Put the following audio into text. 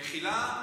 מחילה.